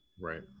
Right